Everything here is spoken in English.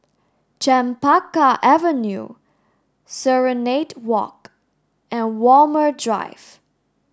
Chempaka Avenue Serenade Walk and Walmer Drive